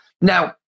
now